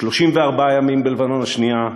34 ימים בלבנון השנייה,